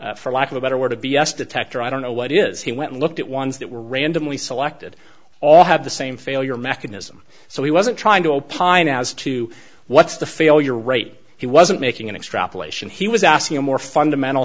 for lack of a better word of b s detector i don't know what is he went looked at ones that were randomly selected all have the same failure mechanism so he wasn't trying to opine as to what's the failure rate he wasn't making an extrapolation he was asking a more fundamental